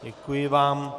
Děkuji vám.